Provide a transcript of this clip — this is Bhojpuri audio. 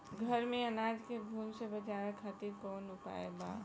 घर में अनाज के घुन से बचावे खातिर कवन उपाय बा?